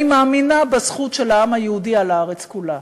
אני מאמינה בזכות של העם היהודי על הארץ כולה,